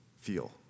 feel